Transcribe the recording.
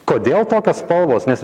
kodėl tokios spalvos nes